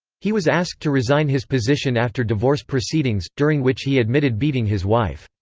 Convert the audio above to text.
he was asked to resign his position after divorce proceedings, during which he admitted beating his wife.